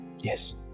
Yes